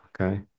Okay